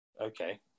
Okay